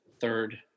third